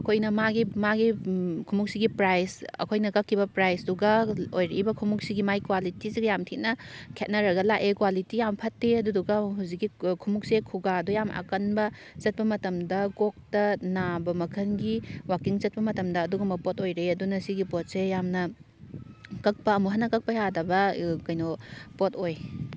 ꯑꯩꯈꯣꯏꯅ ꯃꯥꯒꯤ ꯃꯥꯒꯤ ꯈꯣꯡꯎꯞꯁꯤꯒꯤ ꯄ꯭ꯔꯥꯏꯁ ꯑꯩꯈꯣꯏꯅ ꯀꯛꯈꯤꯕ ꯄ꯭ꯔꯥꯏꯁꯇꯨꯒ ꯑꯣꯏꯔꯛꯏꯕ ꯈꯣꯡꯎꯞꯁꯤꯒꯤ ꯃꯥꯒꯤ ꯀ꯭ꯋꯥꯂꯤꯇꯤꯁꯤꯒ ꯌꯥꯝꯊꯤꯅ ꯈꯦꯠꯅꯔꯒ ꯂꯥꯛꯑꯦ ꯀ꯭ꯋꯥꯂꯤꯇꯤ ꯌꯥꯝꯅ ꯐꯠꯇꯦ ꯑꯗꯨꯗꯨꯒ ꯍꯧꯖꯤꯛꯀꯤ ꯈꯣꯡꯎꯞꯁꯦ ꯈꯨꯒꯥꯗꯣ ꯌꯥꯝꯅ ꯑꯀꯟꯕ ꯆꯠꯄ ꯃꯇꯝꯗ ꯀꯣꯛꯇ ꯅꯥꯕ ꯃꯈꯜꯒꯤ ꯋꯥꯀꯤꯡ ꯆꯠꯄ ꯃꯇꯝꯗ ꯑꯗꯨꯒꯨꯝꯕ ꯄꯣꯠ ꯑꯣꯏꯔꯦ ꯑꯗꯨꯅ ꯑꯁꯤꯒꯤ ꯄꯣꯠꯁꯦ ꯌꯥꯝꯅ ꯀꯛꯄ ꯑꯃꯨꯛ ꯍꯟꯅ ꯀꯛꯄ ꯌꯥꯗꯕ ꯀꯩꯅꯣ ꯄꯣꯠ ꯑꯣꯏ